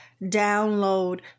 download